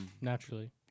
Naturally